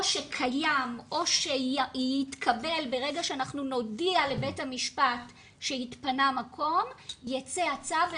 או שקיים או שיתקבל ברגע שאנחנו נודיע לבית המשפט שהתפנה מקום ייצא הצו,